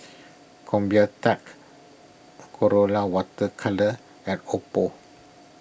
Convatec Colora Water Colours and Oppo